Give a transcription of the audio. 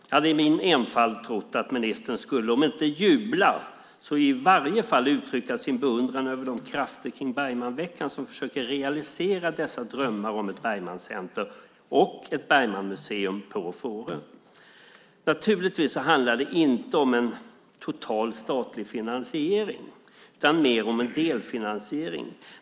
Jag hade i min enfald trott att ministern skulle om inte jubla så i varje fall uttrycka sin beundran för de krafter kring Bergmanveckan som försöker realisera dessa drömmar om ett Bergmancentrum och ett Bergmanmuseum på Fårö. Naturligtvis handlar det inte om en total statlig finansiering, utan mer om en delfinansiering.